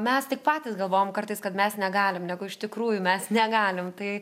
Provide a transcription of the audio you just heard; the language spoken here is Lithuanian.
mes tik patys galvojam kartais kad mes negalim negu iš tikrųjų mes negalim tai